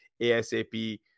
ASAP